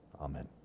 Amen